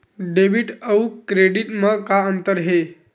Debit अउ credit म का अंतर हे?